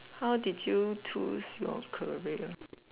how did you choose your career